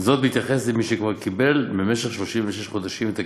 בהתייחס למי שכבר קיבל במשך 36 חודשים את הקצבה,